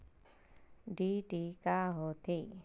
DD का होथे?